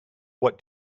what